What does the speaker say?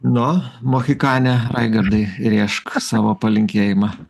nu mohikane raigardai rėžk savo palinkėjimą